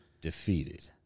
defeated